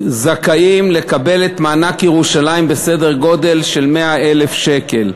זכאים לקבל את מענק ירושלים בסדר גודל של 100,000 שקל.